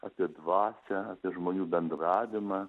apie dvasią apie žmonių bendravimą